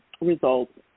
results